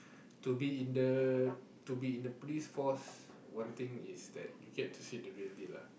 to be in the to be in the Police Force ine thing you get to see the real deal lah